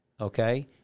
Okay